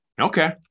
Okay